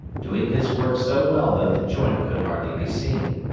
doing his work so well that the joint could hardly be seen.